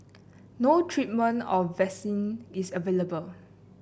no treatment or vaccine is available